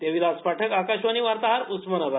देविदास पाठक आकाशवाणी वार्ताहर उस्मानाबाद